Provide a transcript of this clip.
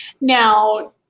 now